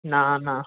न न